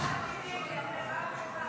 --- אדוני היושב-ראש,